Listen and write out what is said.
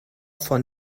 von